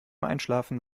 einschlafen